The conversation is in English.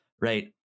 right